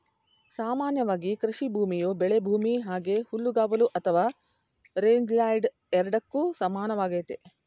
ಸಾಮಾನ್ಯವಾಗಿ ಕೃಷಿಭೂಮಿಯು ಬೆಳೆಭೂಮಿ ಹಾಗೆ ಹುಲ್ಲುಗಾವಲು ಅಥವಾ ರೇಂಜ್ಲ್ಯಾಂಡ್ ಎರಡಕ್ಕೂ ಸಮಾನವಾಗೈತೆ